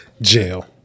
Jail